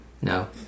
No